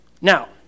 Now